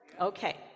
Okay